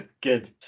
Good